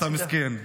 אתה מסכן.